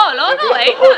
לא, לא, איתן.